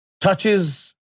touches